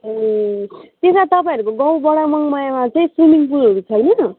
ए त्यता तपाईँहरूको गाउँ बडा मङमायामा चाहिँ स्विमिङ पुलहरू छैन